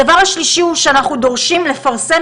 הדבר השלישי הוא שאנחנו דורשים לפרסם